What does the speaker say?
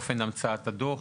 אופן המצאת הדוח,